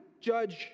judge